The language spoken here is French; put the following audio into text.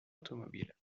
automobile